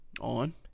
On